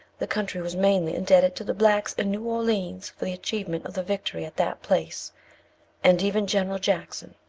the country was mainly indebted to the blacks in new orleans for the achievement of the victory at that place and even general jackson,